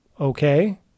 Okay